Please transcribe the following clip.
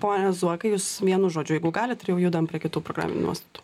pone zuokai jūs vienu žodžiu jeigu galit ir jau judam prie kitų programinių nuostatų